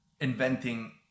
inventing